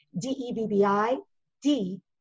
D-E-B-B-I-D